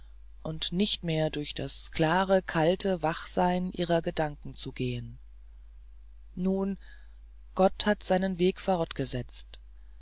und nicht mehr durch das klare kalte wachsein ihrer gedanken zu gehen nun gott hat seinen weg fortgesetzt